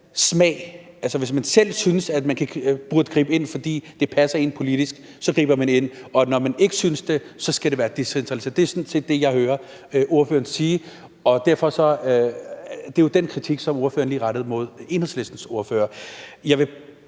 gøre, for hvis man selv synes, man burde gribe ind, fordi det passer en politisk, så griber man ind, men når man ikke synes det, skal det være decentraliseret. Det er det, jeg hører ordføreren sige, og det er den samme kritik, som ordføreren lige rettede mod Enhedslistens ordfører. Jeg vil